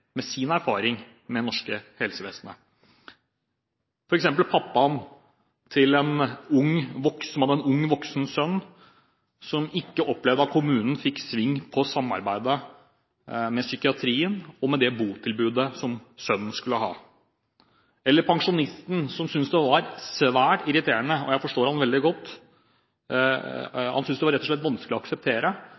med deres erfaring med det norske helsevesenet. Et eksempel er pappaen som hadde en ung voksen sønn, som opplevde at kommunen ikke fikk sving på samarbeidet med psykiatrien og på det botilbudet som sønnen skulle ha. Et annet er pensjonisten som synes det var svært irriterende – og jeg forstår ham veldig godt – og rett og slett vanskelig å akseptere